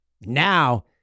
Now